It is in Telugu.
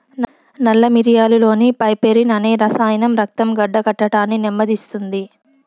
నల్ల మిరియాలులోని పైపెరిన్ అనే రసాయనం రక్తం గడ్డకట్టడాన్ని నెమ్మదిస్తుంది